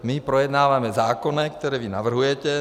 My projednáváme zákony, které vy navrhujete.